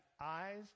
eyes